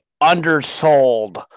undersold